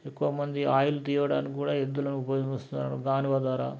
ఎక్కువ మంది ఆయిల్ తీయడానికి కూడా ఎద్దులని ఉపయోగిస్తున్నారు గానుగ ద్వారా